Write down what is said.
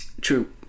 True